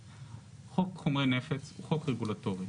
חוק חומרי נפץ הוא חוק רגולטורי,